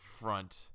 front